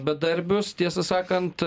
bedarbius tiesą sakant